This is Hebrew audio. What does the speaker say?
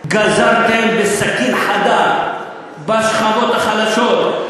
גזרתם בסכין חדה בשכבות החלשות,